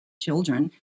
children